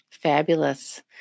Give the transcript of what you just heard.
Fabulous